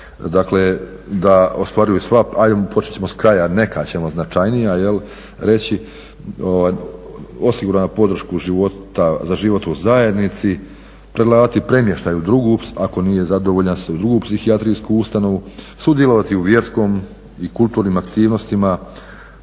da ostvaruju sva prava. Ajde počet ćemo s kraja, neka ćemo značajnija jel' reći. Osigurana podrška za život u zajednici, predlagati premještaj u drugu ako nije zadovoljan u drugu psihijatrijsku ustanovu, sudjelovati u vjerskom i kulturnim aktivnostima,